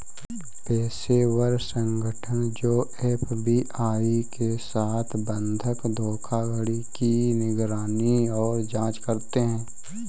पेशेवर संगठन जो एफ.बी.आई के साथ बंधक धोखाधड़ी की निगरानी और जांच करते हैं